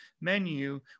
menu